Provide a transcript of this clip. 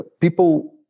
people